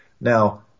Now